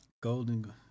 Golden